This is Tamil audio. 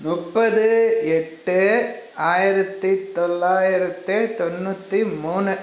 முப்பது எட்டு ஆயிரத்தி தொள்ளாயிரத்தி தொண்ன்ணூற்றி மூணு